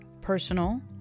personal